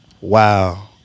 Wow